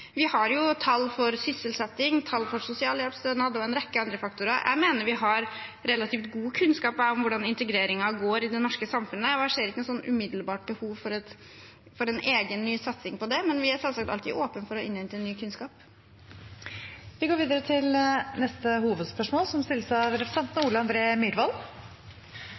Vi har tall for sysselsetting, for sosialhjelpsstønad og for en rekke andre faktorer. Jeg mener vi har relativt god kunnskap om hvordan integreringen går i det norske samfunnet, og jeg ser ikke noe umiddelbart behov for en egen, ny satsing på det, men vi er selvsagt alltid åpne for å innhente ny kunnskap. Vi går videre til neste hovedspørsmål.